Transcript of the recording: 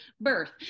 birth